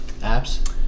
apps